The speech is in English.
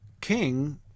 king